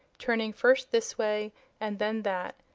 turning first this way and then that,